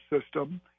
system